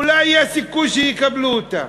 אולי יש סיכוי שיקבלו אותה.